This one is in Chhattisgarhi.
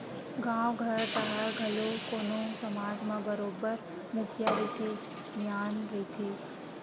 गाँव घर डाहर घलो कोनो समाज म बरोबर मुखिया रहिथे, सियान रहिथे